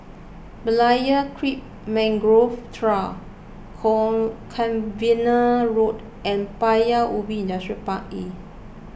Berlayer Creek Mangrove Trail Cavenagh Road and Paya Ubi Industrial Park E